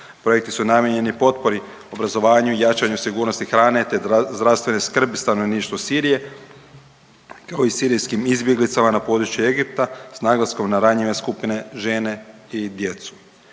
Projekti su namijenjeni potpori obrazovanju i jačanju sigurnosti hrane te zdravstvene skrbi stanovništvu Sirije kao i sirijskim izbjeglicama na području Egipta s naglaskom na ranjive skupine, žene i djecu.